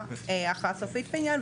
שקבעה הכרעה סופית בעניין,